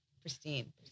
pristine